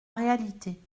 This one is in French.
réalité